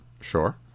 Sure